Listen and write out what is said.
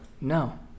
No